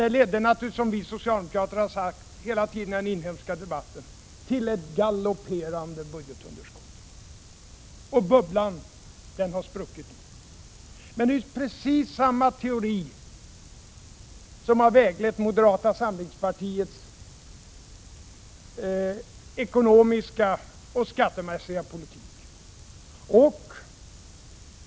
Naturligtvis ledde det —- som vi socialdemokrater hela tiden har sagt i den inhemska debatten — till ett galopperande budgetunderskott. Och nu har bubblan spruckit. Det är precis samma teori som har väglett moderata samlingspartiets ekonomiska och skattemässiga politik.